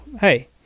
hey